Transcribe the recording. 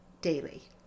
daily